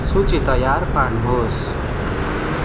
सूची तयार पार्नुहोस्